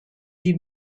die